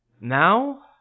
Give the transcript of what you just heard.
Now